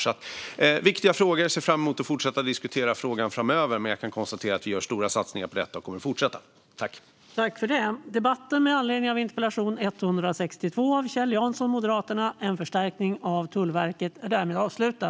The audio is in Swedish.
Det här är viktiga frågor och jag ser fram emot att fortsätta diskutera detta framöver, men jag kan konstatera att vi gör stora satsningar på detta och kommer att fortsätta att göra det.